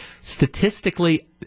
Statistically